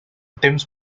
temps